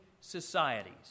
societies